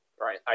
Right